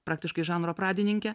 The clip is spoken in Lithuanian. praktiškai žanro pradininkę